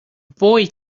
boy